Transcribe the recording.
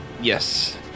Yes